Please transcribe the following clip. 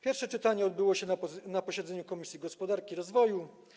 Pierwsze czytanie projektu odbyło się na posiedzeniu Komisji Gospodarki i Rozwoju.